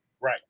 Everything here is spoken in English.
Right